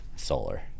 solar